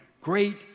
great